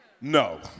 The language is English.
No